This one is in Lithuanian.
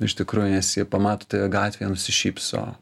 iš tikrųjų nes jie pamato tave gatvėje nusišypso